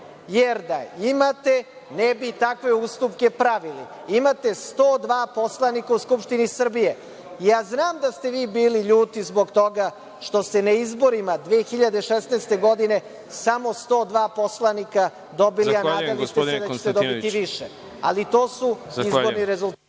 jer da imate ne bi takve ustupke pravili. Imate 102 poslanika u Skupštini Srbije. Znam da ste vi bili ljuti zbog toga što ste na izborima 2016. godine samo 102 poslanika dobili, a nadali ste se da ćete dobiti više. **Đorđe Milićević**